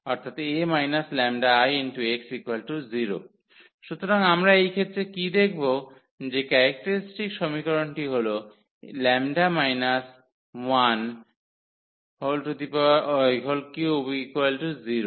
অর্থাৎ A 𝜆𝐼x 0 সুতরাং আমরা এই ক্ষেত্রে কী দেখব যে ক্যারেক্টারিস্টিক সমীকরণটি হল 𝜆 130